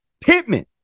Pittman